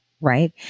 right